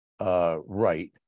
Right